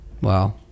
Wow